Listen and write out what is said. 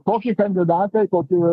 koki kandidatai koki